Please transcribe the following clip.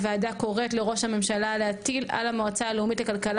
הוועדה קוראת לראש הממשלה להטיל על המועצה הלאומית לכלכלה